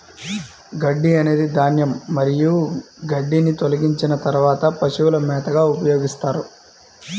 గడ్డి అనేది ధాన్యం మరియు గడ్డిని తొలగించిన తర్వాత పశువుల మేతగా ఉపయోగిస్తారు